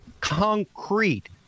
concrete